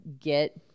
get